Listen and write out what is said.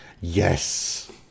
Yes